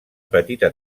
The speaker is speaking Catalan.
petita